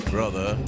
Brother